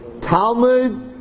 Talmud